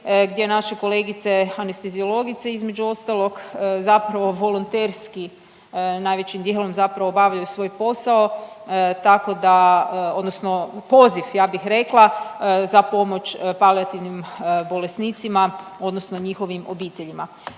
gdje naše kolegice, anesteziologice između ostalog, zapravo volonterski najvećim dijelom zapravo obavljaju svoj posao, tako da odnosno poziv ja bih rekla, za pomoć palijativnim bolesnicima odnosno njihovim obiteljima.